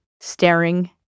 staring